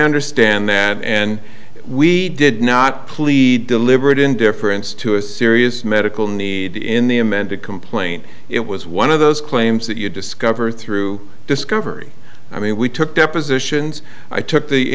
understand that and we did not plead deliberate indifference to a serious medical need in the amended complaint it was one of those claims that you discover through discovery i mean we took depositions i took the